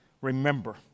remember